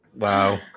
Wow